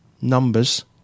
Numbers